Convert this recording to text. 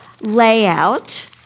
layout